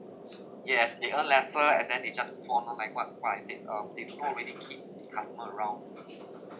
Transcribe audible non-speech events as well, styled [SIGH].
[NOISE] yes they earn lesser and then they just inform on like what price is it um they do not really keep the customer around